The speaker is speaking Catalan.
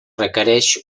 requereix